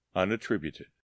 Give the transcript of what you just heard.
unattributed